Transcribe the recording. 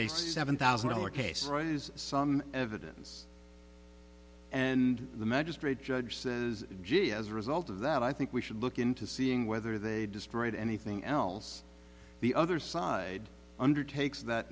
a seven thousand dollar case is some evidence and the magistrate judge says gee as a result of that i think we should look into seeing whether they destroyed anything else the other side undertakes that